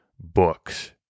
books